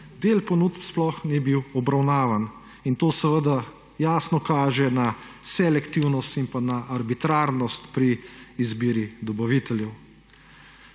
del ponudb sploh ni bil obravnavan. To seveda jasno kaže na selektivnost in na arbitrarnost pri izbiri dobaviteljev.